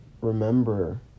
remember